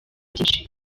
byinshi